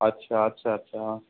अछा अछा अछा